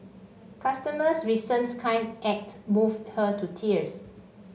customer's recent kind act moved her to tears